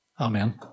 Amen